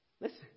Listen